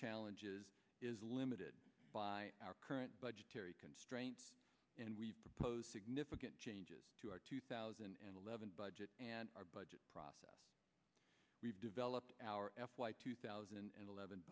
challenges is limited by our current budgetary constraints and we propose significant changes to our two thousand and eleven budget and our budget process we've developed our f y two thousand and eleven